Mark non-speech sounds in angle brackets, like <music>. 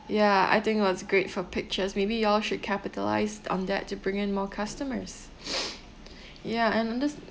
ya I think it was great for pictures maybe you all should capitalise on that to bring in more customers <noise> <breath> ya and and the